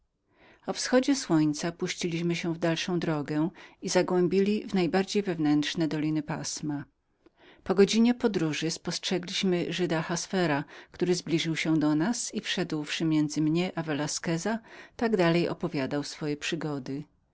o wschodzie słońca puściliśmy się w dalszą drogę i zagłębili w ostatnie doliny pasma po godzinie podróży spostrzegliśmy żyda ahaswera który zbliżył się do nas i wszedłszy między mnie a velasqueza tak dalej opowiadał swoje przygody